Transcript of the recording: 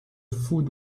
food